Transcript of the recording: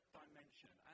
dimension